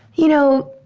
you know,